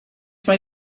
mae